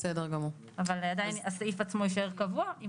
אבל עדיין הסעיף יישאר קבוע.